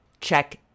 check